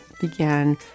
began